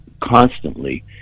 constantly